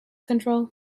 control